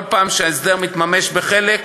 כל פעם שההסדר מתממש בחלק,